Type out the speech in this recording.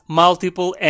multiple